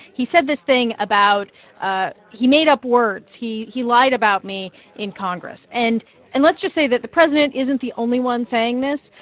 he said this thing about ah he made up words. he he lied about me in congress. and and let's just say that the president isn't the only one saying this.